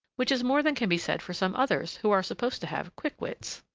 which is more than can be said for some others who are supposed to have quick wits.